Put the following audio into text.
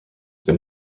been